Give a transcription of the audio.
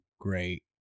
great